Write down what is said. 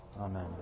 amen